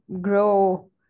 grow